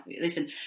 listen